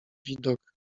widok